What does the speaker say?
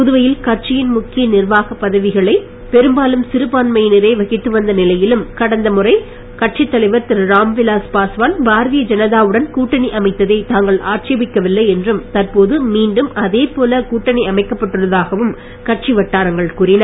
புதுவையில் கட்சியின் முக்கிய நிர்வாகப் பதவிகளை பெரும்பாலும் சிறுபான்மையினரே வகித்துவந்த நிலையிலும் கடந்த முறை கட்சித் தலைவர் திரு ராம்விலாஸ் பாஸ்வான் பாரதிய ஜனதாவுடன் கூட்டணி அமைத்த்தை தாங்கள் ஆட்சேபிக்வில்லை என்றும் தற்போது மீண்டும் அதேபோல கூட்டணி அமைக்கப் பட்டுள்ளதாகவும் கட்சி வட்டாரங்கள் கூறின